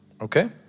Okay